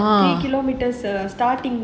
three kilometres err starting